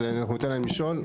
אז אנחנו ניתן להם לשאול.